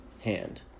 hand